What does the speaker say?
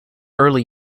early